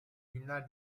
günler